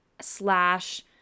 slash